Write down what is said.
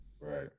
Right